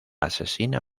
asesina